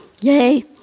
yay